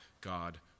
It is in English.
God